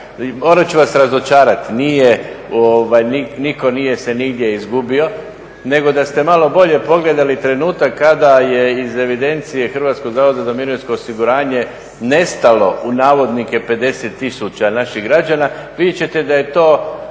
morat ću vas razočarati, nije nitko se nigdje izgubio nego da ste malo bolje pogledali trenutak kada je iz evidencije Hrvatskog zavoda za mirovinsko osiguranje "nestalo" u navodnike 50 tisuća naših građana vidjet ćete da je to